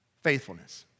Faithfulness